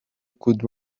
could